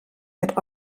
wird